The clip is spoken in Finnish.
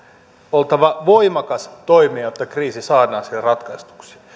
oltava voimakas toimija jotta kriisi saadaan siellä ratkaistuksi